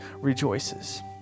rejoices